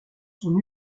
son